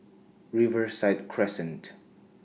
Riverside Crescent